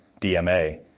DMA